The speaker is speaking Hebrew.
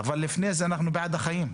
אבל לפני זה אנחנו בעד החיים,